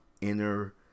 inner